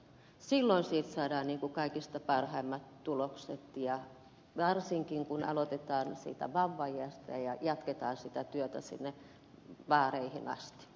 silloin siitä saadaan kaikista parhaimmat tulokset ja varsinkin kun aloitetaan siitä vauvaiästä ja jatketaan sitä työtä sinne vaareihin asti